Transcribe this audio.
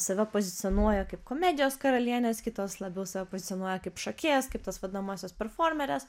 save pozicionuoja kaip komedijos karalienes kitos labiau save pozicionuoja kaip šokėjas kaip tas vadinamąsias performeres